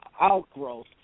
outgrowth